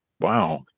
Wow